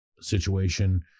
situation